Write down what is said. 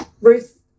Ruth